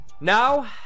Now